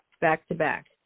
back-to-back